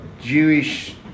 Jewish